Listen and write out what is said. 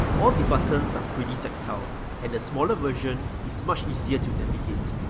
all the buttons are pretty tactile and the smaller version is much easier to navigate.